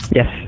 Yes